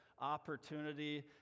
opportunity